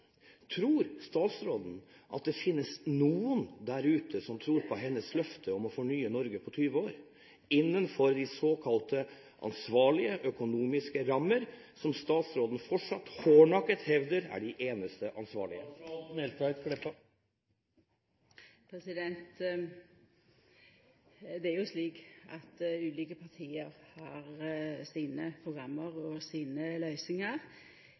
Tror statsråden at det finnes noen der ute som tror på hennes løfte om å fornye Norge på 20 år, innenfor de såkalte ansvarlige, økonomiske rammer, som statsråden fortsatt hardnakket hevder er de eneste ansvarlige? Det er slik at ulike parti har sine program og sine